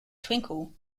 twinkle